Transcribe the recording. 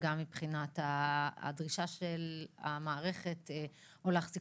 הטיפול הוא מוכר ומוכח ויעיל לחולי